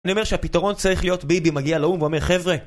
אני אומר שהפתרון צריך להיות ביבי מגיע לאו"ם ואומר חבר'ה